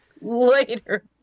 later